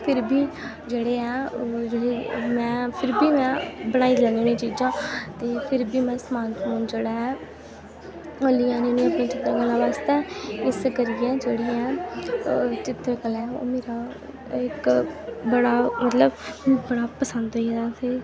फिर बी जेह्ड़े ऐ जिनें गी में फिर बी में बनाई लैन्नी होन्नी चीजां ते फिर बी में समान समून जेह्ड़ा ऐ ओह् लेई आनी होन्नी में अपनी चित्तरकला आस्तै इस करियै जेह्ड़ी ऐ चित्तरकला ऐ ओह् मेरा इक बड़ा मतलब बड़ा पसंद आई गेदा ते